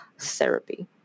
therapy